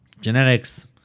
Genetics